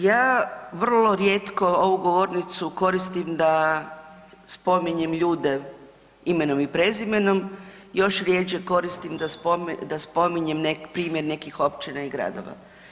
Ja vrlo rijetko ovu govornicu koristim da spominjem ljude imenom i prezimenom, još rjeđe koristim da spominjem primjer nekih općina i gradova.